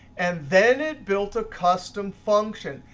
and then it built a custom function.